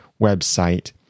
website